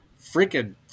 freaking